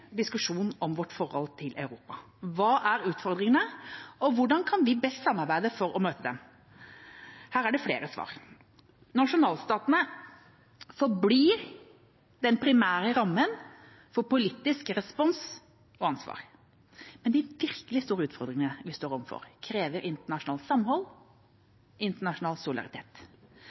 diskusjon om forholdet vårt til Europa. Hva er utfordringene, og hvordan kan vi best samarbeide for å møte dem? Her er det flere svar. Nasjonalstatene forblir den primære rammen for politisk respons og ansvar, men de virkelig store utfordringene vi står overfor, krever internasjonalt samhold og internasjonal solidaritet.